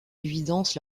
évidence